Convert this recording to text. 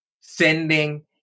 sending